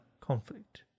conflict